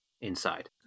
inside